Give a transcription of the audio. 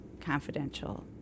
confidential